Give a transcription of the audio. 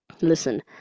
listen